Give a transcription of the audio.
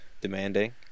demanding